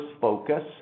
focus